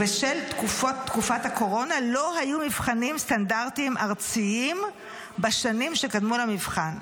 ובשל תקופת הקורונה לא היו מבחנים סטנדרטיים ארציים בשנים שקדמו למבחן.